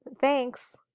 Thanks